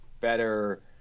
better